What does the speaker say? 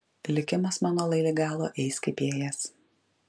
likimas mano lai lig galo eis kaip ėjęs